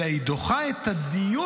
אלא שהיא דוחה את הדיון